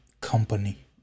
Company